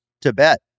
Tibet